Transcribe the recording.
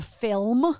film